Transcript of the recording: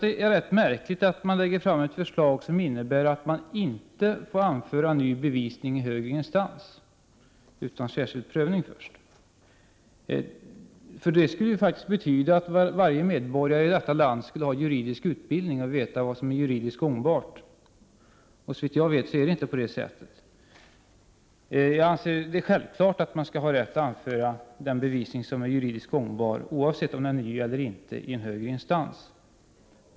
Det är också märkligt att förslaget innebär att man inte får anföra ny bevisning i högre instans utan särskild prövning. Det skulle faktiskt betyda att varje medborgare i detta land borde ha juridisk utbildning och veta vad som är juridiskt gångbart som bevisning. Såvitt jag vet är det inte så. Jag anser det självklart att man skall ha rätt att anföra den bevisning som är juridiskt gångbar, oavsett om den är ny eller inte, i en högre instans.